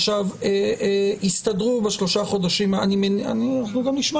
עכשיו, יסתדרו בשלושה חודשים אנחנו גם נשמע